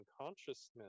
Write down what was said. consciousness